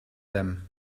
them